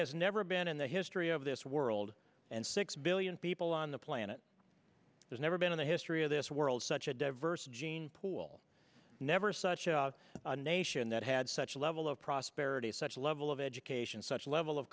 has never been in the history of this world and six billion people on the planet there's never been in the history of this world such a diverse gene pool never such a nation that had such a level of prosperity such a level of education such a level of